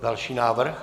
Další návrh.